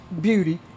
beauty